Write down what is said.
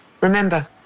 Remember